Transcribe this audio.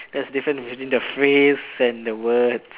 there's a difference between the phrase and the words